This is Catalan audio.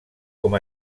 com